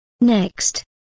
Next